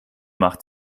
macht